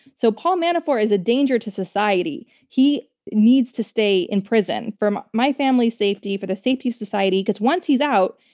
so paul manafort is a danger to society. he needs to stay in prison for my family's safety, for the safety of society. because once he's out,